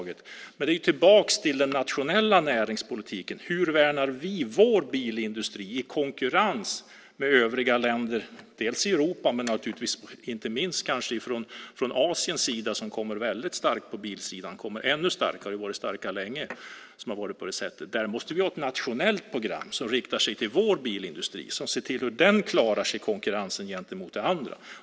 Men för att komma tillbaka till den nationella näringspolitiken undrar jag: Hur värnar vi vår bilindustri i konkurrensen med övriga länder dels i Europa, dels - och kanske inte minst - i Asien som ju kommer väldigt starkt på bilsidan? De har varit starka länge och kommer nu ännu starkare. Vi måste ha ett nationellt program riktat till vår bilindustri och där man ser till hur den klarar sig i konkurrensen med andra.